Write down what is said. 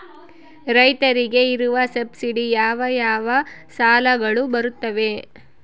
ರೈತರಿಗೆ ಇರುವ ಸಬ್ಸಿಡಿ ಯಾವ ಯಾವ ಸಾಲಗಳು ಬರುತ್ತವೆ?